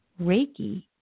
Reiki